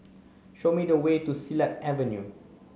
show me the way to Silat Avenue